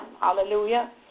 Hallelujah